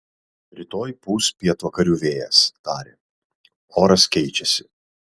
rytoj pūs pietvakarių vėjas tarė oras keičiasi